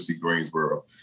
Greensboro